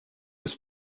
ist